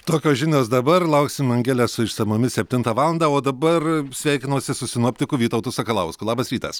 tokios žinios dabar lauksim angelės su išsamiomis septintą valandą o dabar sveikinuosi su sinoptiku vytautu sakalausku labas rytas